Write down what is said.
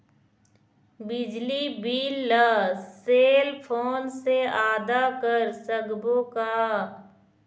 बिजली बिल ला cell phone से आदा कर सकबो का?